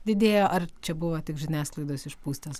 didėjo ar čia buvo tik žiniasklaidos išpūstas